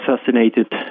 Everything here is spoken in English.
assassinated